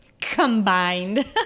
combined